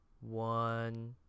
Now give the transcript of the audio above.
one